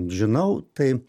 žinau tai